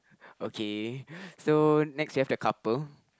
okay so next we have the couple